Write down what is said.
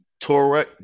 Torah